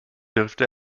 dürfte